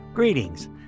Greetings